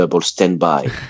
standby